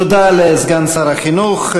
תודה לסגן שר החינוך.